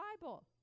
Bible